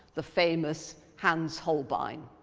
the famous hans holbein.